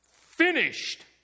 finished